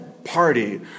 party